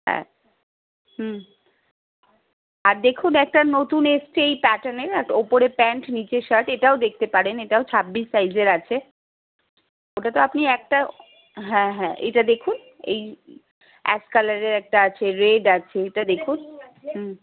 হ্যাঁ হুম আর দেখুন একটা নতুন এসছে এই প্যাটারনেরের একটা ওপরের প্যান্ট নীচের শার্ট এটাও দেখতে পারেন এটাও ছাব্বিশ সাইজের আছে ওটা তো আপনি একটা হ্যাঁ হ্যাঁ এটা দেখুন এই অ্যাশ কালারের একটা আছে রেড আছে এটা দেখুন হুম